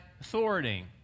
authority